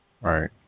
Right